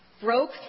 broke